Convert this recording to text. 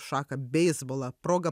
šaką beisbolą proga